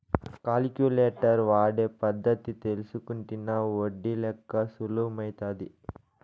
calculator వాడే పద్ధతి తెల్సుకుంటినా ఒడ్డి లెక్క సులుమైతాది